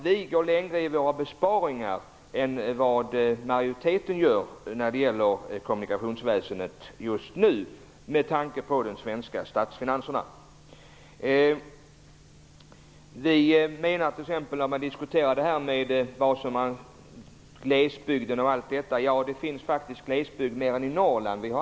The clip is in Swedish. Vi går längre i våra besparingar när det gäller kommunikationsväsendet än majoriteten på grund av de svenska statsfinanserna. Man diskuterar vad som är glesbygd. Vi menar att det faktiskt finns glesbygd mer än i Norrland.